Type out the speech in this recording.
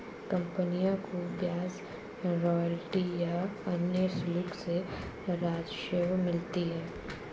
कंपनियों को ब्याज, रॉयल्टी या अन्य शुल्क से राजस्व मिलता है